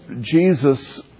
Jesus